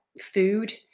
food